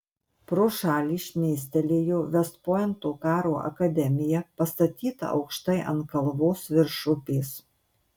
pro šalį šmėstelėjo vest pointo karo akademija pastatyta aukštai ant kalvos virš upės